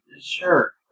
Sure